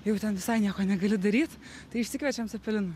jau ten visai nieko negali daryt tai išsikviečiam cepelinų